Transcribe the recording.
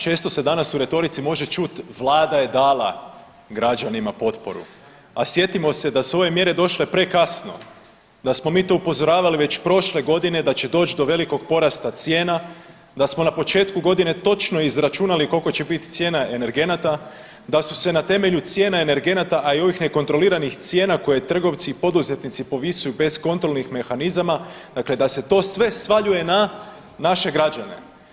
Često se danas u retorici može čut Vlada je dala građanima potporu, a sjetimo se da su ove mjere došle prekasno, da smo mi to upozoravali već prošle godine da će doći do velikog porasta cijena, da smo na početku godine točno izračunali koliko će biti cijena energenata, da su se na temelju cijene energenata, a i ovih nekontroliranih cijena koje trgovci i poduzetnici povisuju bez kontrolnih mehanizama, dakle da se to sve svaljuje na naše građane.